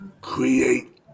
create